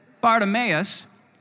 Bartimaeus